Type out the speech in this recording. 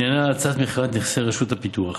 עניינה האצת מכירת נכסי רשות הפיתוח.